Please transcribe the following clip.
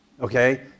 okay